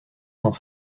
sans